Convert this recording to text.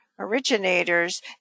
originators